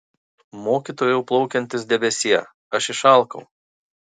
mokytojau plaukiantis debesie aš išalkau